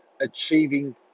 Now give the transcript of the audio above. achieving